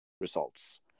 results